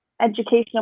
educational